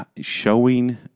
showing